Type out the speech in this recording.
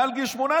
מעל גיל 18,